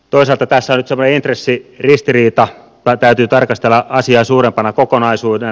toiselta tasolta vertasi luisteli pappa täytyy tarkastella asiaa suurempana kokonaisuutena